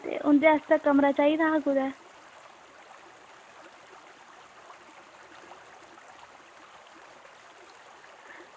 ते उंदे आस्तै कमरा चाहिदा हा कुदै